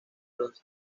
los